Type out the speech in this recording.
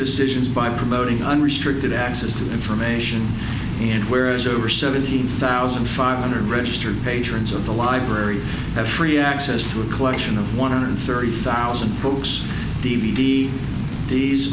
decisions by promoting unrestricted access to information and where as over seventeen thousand five hundred registered patrons of the library have free access to a collection of one hundred thirty thousand books d v d these